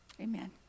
Amen